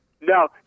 No